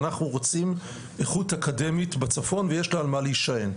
אנחנו רוצים איכות אקדמית בצפון ויש לה על מה להישען.